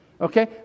Okay